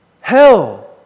Hell